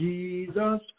Jesus